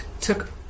took